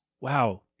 Wow